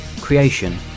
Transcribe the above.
creation